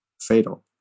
fatal